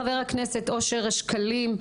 חבר הכנסת אושר שקלים,